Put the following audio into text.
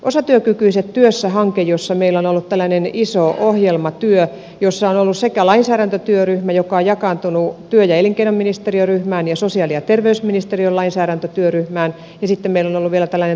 osatyökykyiset työssä hankkeessa meillä on ollut tällainen iso ohjelmatyö jossa on ollut lainsäädäntötyöryhmä joka on jakaantunut työ ja elinkeinoministeriön ryhmään ja sosiaali ja terveysministeriön lainsäädäntötyöryhmään ja sitten meillä ollut vielä tällainen toimintakonseptiryhmä